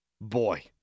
boy